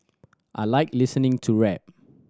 I like listening to rap